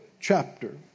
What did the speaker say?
chapter